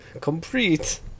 Complete